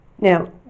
Now